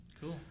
cool